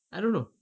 I don't know